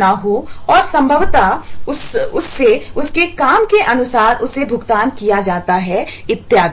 ना हो और संभवतः उससे उसके काम के अनुसार उसे भुगतान किया जाता है इत्यादि